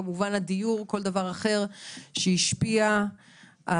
כמובן הדיור וכל דבר אחר שהשפיע ועדיין